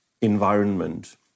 environment